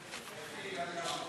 אדוני היושב-ראש,